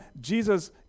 Jesus